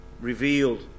revealed